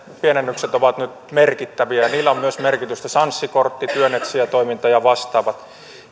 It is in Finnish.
pienennykset ovat nyt merkittäviä ja ja niillä on myös merkitystä sanssi kortti työnetsijätoiminta ja vastaavat